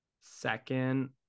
second